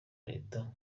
leta